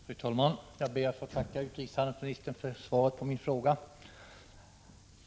Fru talman! Jag ber att få tacka utrikeshandelsministern för svaret på min fråga.